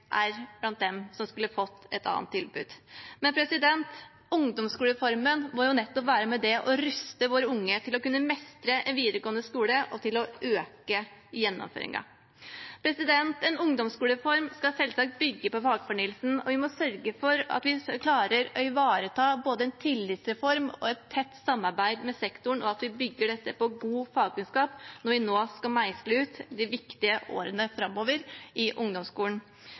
er blant dem som skulle fått et annet tilbud. Ungdomsskolereformen må være med på å ruste våre unge til å kunne mestre videregående skole og å øke gjennomføringen. En ungdomsskolereform skal selvsagt bygge på fagfornyelsen. Vi må sørge for at vi klarer å ivareta både en tillitsreform og et tett samarbeid med sektoren, og at vi bygger dette på god fagkunnskap når vi nå skal meisle ut de viktige årene framover i ungdomsskolen.